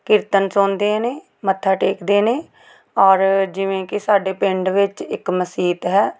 ਕੀਰਤਨ ਸੁਣਦੇ ਨੇ ਮੱਥਾ ਟੇਕਦੇ ਨੇ ਔਰ ਜਿਵੇਂ ਕਿ ਸਾਡੇ ਪਿੰਡ ਵਿੱਚ ਇੱਕ ਮਸੀਤ ਹੈ